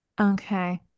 Okay